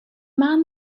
man